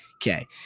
Okay